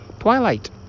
Twilight